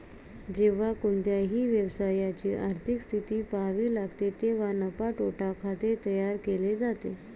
जेव्हा कोणत्याही व्यवसायाची आर्थिक स्थिती पहावी लागते तेव्हा नफा तोटा खाते तयार केले जाते